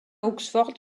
oxford